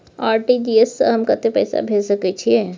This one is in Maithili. आर.टी.जी एस स हम कत्ते पैसा भेज सकै छीयै?